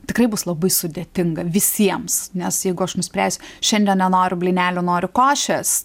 tikrai bus labai sudėtinga visiems nes jeigu aš nuspręsiu šiandien nenoriu blynelių noriu košės